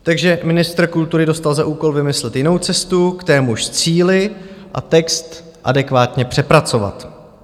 Takže ministr kultury dostal za úkol vymyslet jinou cestu k témuž cíli a text adekvátně přepracovat.